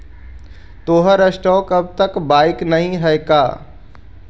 तोहार स्टॉक्स अब तक बाइक नही हैं का